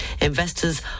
investors